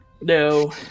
No